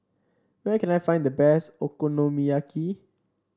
where can I find the best Okonomiyaki